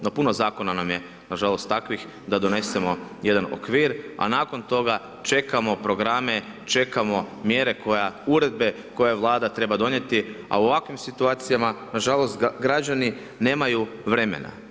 No puno zakona nam je nažalost takvih, da donesemo jedan okvir, a nakon toga čekamo programe, čekamo mjere koja, uredbe koje Vlada treba donijeti, a u ovakvim situacijama, nažalost građani nemaju vremena.